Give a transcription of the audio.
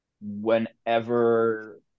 whenever